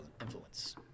influence